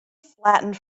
flattened